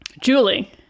Julie